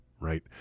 right